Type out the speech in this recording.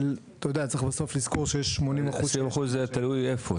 אבל צריך לזכור שיש בסוף 80%. תלוי איפה 20%,